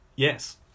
Yes